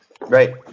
right